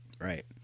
right